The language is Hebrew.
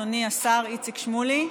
אדוני השר איציק שמולי.